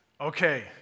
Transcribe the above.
Okay